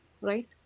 right